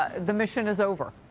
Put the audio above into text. the mission is over?